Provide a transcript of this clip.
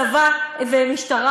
צבא ומשטרה,